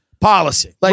policy